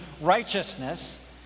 righteousness